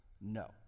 No